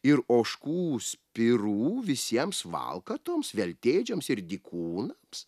ir ožkų spirų visiems valkatoms veltėdžiams ir dykūnams